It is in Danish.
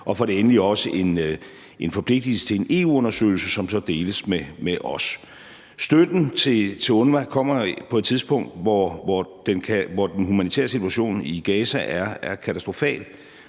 og endelig også en forpligtelse til en EU-undersøgelse, som så deles med os. Støtten til UNRWA kommer på et tidspunkt, hvor den humanitære situation i Gaza er katastrofal,